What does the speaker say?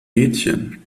mädchen